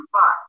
five